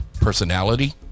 Personality